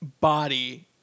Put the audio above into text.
body